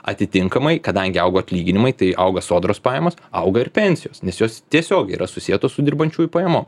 atitinkamai kadangi augo atlyginimai tai auga sodros pajamos auga ir pensijos nes jos tiesiogiai yra susietos su dirbančiųjų pajamom